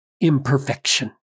imperfection